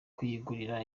kuyigura